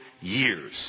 years